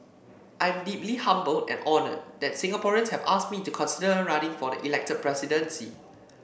I'm deeply humbled and honoured that Singaporeans have asked me to consider running for the elected presidency